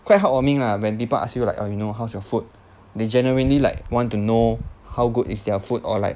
quite heartwarming lah when people ask you like orh you know how's your food they genuinely like want to know how good is their food or like